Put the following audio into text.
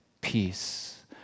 peace